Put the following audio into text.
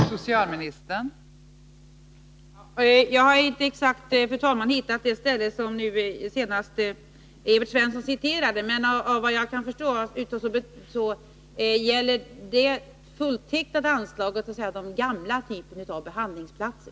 Fru talman! Jag har inte hittat det ställe som Evert Svensson senast hänvisade till. Men såvitt jag kan förstå av utskottsbetänkandet gäller det fulltecknade anslaget den gamla typen av behandlingsplatser.